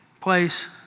place